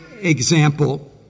example